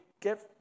get